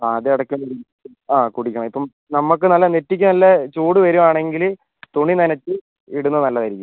അതെ അതെടയ്ക്ക് അതെ കുടിക്കണം ഇപ്പം നമ്മക്ക് നല്ല നെറ്റിക്ക് നല്ല ചൂട് വരുവാണെങ്കില് തുണി നനച്ച് ഇടുന്ന നല്ലതായിരിക്കും